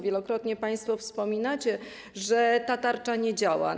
Wielokrotnie państwo wspominacie, że ta tarcza nie działa.